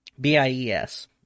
B-I-E-S